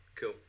cool